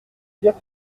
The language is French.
dire